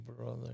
brother